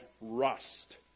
rust